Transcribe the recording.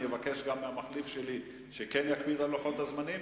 אני אבקש גם מהמחליף שלי להקפיד על לוח הזמנים.